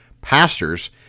Pastors